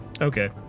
Okay